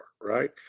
Right